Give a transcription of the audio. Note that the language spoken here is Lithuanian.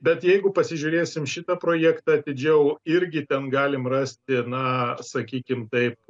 bet jeigu pasižiūrėsim šitą projektą atidžiau irgi ten galim rasti na sakykim taip